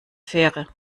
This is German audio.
fähre